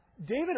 David